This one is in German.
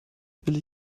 will